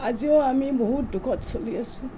আজিও আমি বহুত দুখত চলি আছোঁ